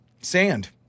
sand